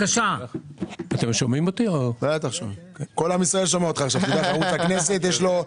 אתה יושב-ראש הדירקטוריון של חברת החשמל?